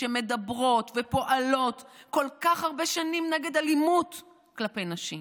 שמדברות ופועלות כל כך הרבה שנים נגד אלימות כלפי נשים.